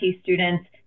student's